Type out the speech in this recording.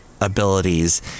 abilities